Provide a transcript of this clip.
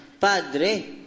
Padre